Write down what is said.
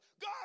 God